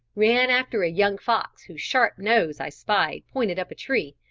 ran after a young fox whose sharp nose i spied pointed up a tree,